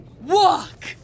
Walk